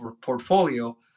portfolio